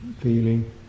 feeling